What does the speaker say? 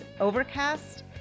Overcast